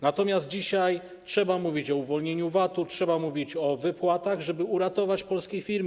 Natomiast dzisiaj trzeba mówić o uwolnieniu VAT-u, trzeba mówić o wypłatach, żeby uratować polskie firmy.